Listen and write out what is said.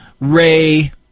Ray